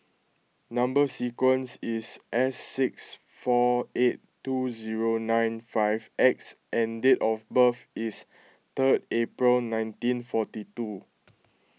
Number Sequence is S six four eight two zero nine five X and date of birth is third April nineteen forty two